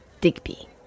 Digby